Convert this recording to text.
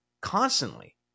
constantly